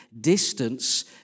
distance